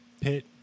pit